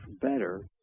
better